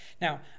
Now